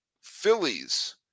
Phillies